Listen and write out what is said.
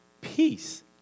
peace